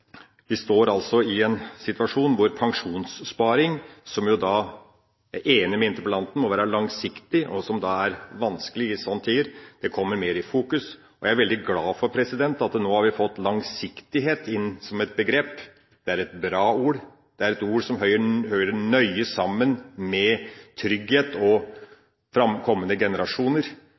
Vi står altså i en situasjon hvor pensjonssparing – som jeg er enig med interpellanten må være langsiktig, og som er vanskelig i slike tider – kommer mer i fokus, og jeg er veldig glad for at vi nå har fått «langsiktighet» inn som et begrep. Det er et bra ord. Det er et ord som hører nøye sammen med trygghet for kommende generasjoner. Tidligere, da kapitalismen og